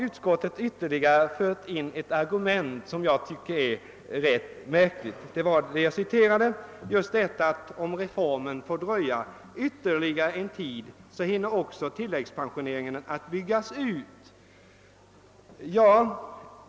Utskottet har i år fört in ett argument som jag tycker är litet märkligt, nämligen detia att om reformen får dröja ytterligare en tid, så hinner också tilläggspensioneringen byggas ut.